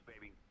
baby